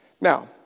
Now